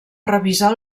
revisar